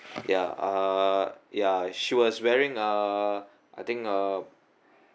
ya uh ya she was wearing uh I think uh